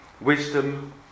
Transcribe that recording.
Wisdom